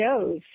shows